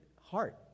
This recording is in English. heart